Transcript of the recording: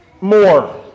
more